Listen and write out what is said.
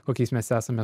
kokiais mes esame